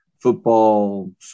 football